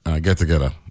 get-together